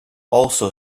also